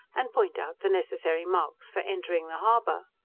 and point out the necessary marks for entering the harbour.